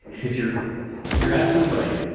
you're you're absolutely right.